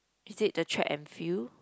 you take the Track and Field